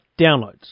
downloads